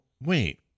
wait